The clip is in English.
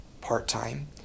part-time